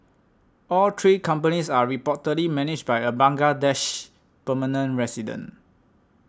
all three companies are reportedly managed by a Bangladeshi permanent resident